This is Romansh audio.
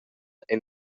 ein